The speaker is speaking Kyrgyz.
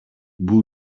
бул